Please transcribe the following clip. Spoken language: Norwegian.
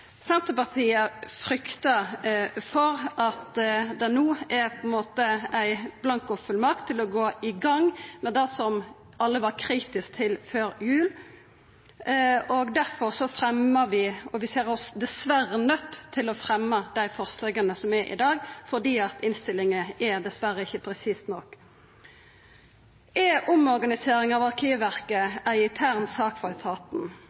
Senterpartiet fryktar for at det no er ei blankofullmakt til å gå i gang med det som alle var kritiske til før jul, og difor ser vi oss dessverre nøydde til å fremja forslaga i dag, for innstillinga er dessverre ikkje presis nok. «Er ikkje omorganisering av Arkivverket ei intern sak for etaten?»